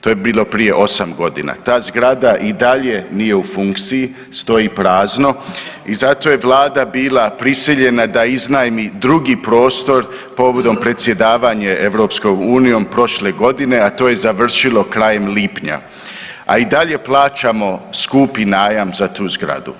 To je bilo prije osam godina, ta zgrada i dalje nije u funkciji, stoji prazno i zato je Vlada bila prisiljena da iznajmi drugi prostor povodom predsjedavanja EU prošle godine, a to je završilo krajem lipnja, a i dalje plaćamo skupi najam za tu zgradu.